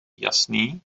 jasný